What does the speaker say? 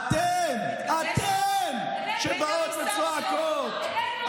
אתן, אתן שבאות וצועקות, הבאנו.